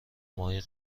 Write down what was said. ماهی